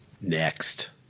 Next